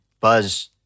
Buzz